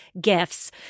gifts